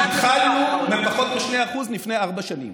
התחלנו בפחות מ-2% לפני ארבע שנים.